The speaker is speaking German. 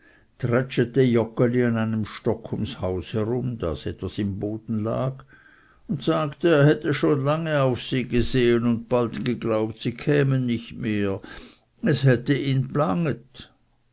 an einem stock ums haus herum das etwas im boden lag und sagte er hätte schon lange auf sie gesehen und bald geglaubt sie kämen nicht mehr es hätte ihn blanget